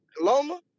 Loma